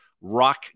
rock